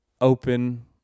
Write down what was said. open